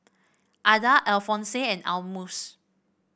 Adah Alphonse and Almus